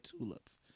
tulips